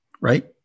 right